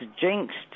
jinxed